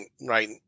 right